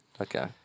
okay